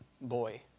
boy